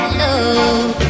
love